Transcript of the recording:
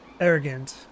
arrogant